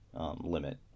limit